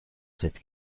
cette